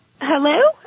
Hello